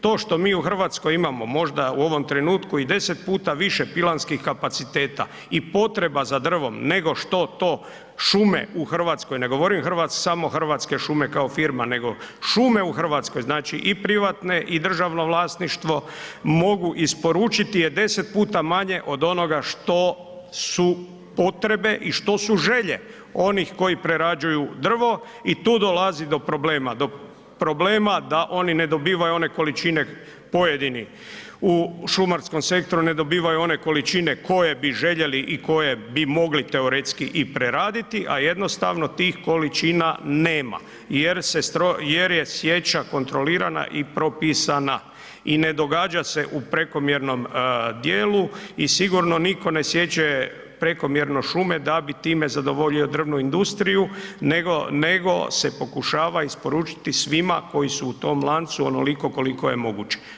To što mi u Hrvatskoj imamo možda u ovom trenutku i 10 puta više pilanskih kapaciteta i potreba za drvom nego što to šume u Hrvatskoj, ne govorim samo Hrvatske šume kao firma nego šume u Hrvatskoj, znači i privatne i državno vlasništvo mogu isporučiti je 10 puta manje od onoga što su potrebe i što su želje onih koji prerađuju drvo i tu dolazi do problema, do problema da oni ne dobivaju one količine pojedinih, u šumarskom sektoru ne dobivaju one količine koje bi željeli i koje bi mogli teoretski i preraditi a jednostavno tih količina nema jer je sječa kontrolirana i propisana i ne događa u prekomjernom djelu i sigurno nitko ne siječe prekomjerno šume da bi time zadovoljio drvnu industriju nego se pokušava isporučiti svima koji su u tom lancu onoliko koliko je moguće.